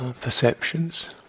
Perceptions